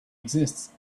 exists